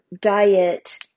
diet